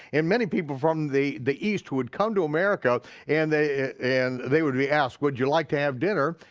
and many people from the the east who would come to america and they and they would be asked, would you like to have dinner,